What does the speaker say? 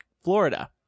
Florida